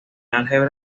álgebra